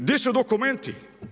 Gdje su dokumenti?